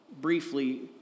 briefly